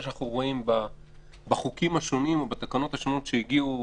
שאנחנו רואים בחוקים ובתקנות השונים שהגיעו,